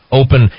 open